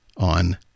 On